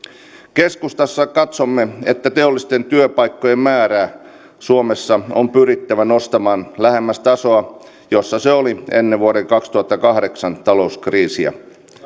keskustassa katsomme että teollisten työpaikkojen määrää suomessa on pyrittävä nostamaan lähemmäksi tasoa jolla se oli ennen vuoden kaksituhattakahdeksan talouskriisiä